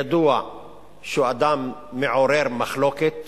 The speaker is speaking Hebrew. ידוע שהוא אדם מעורר מחלוקת.